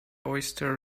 oyster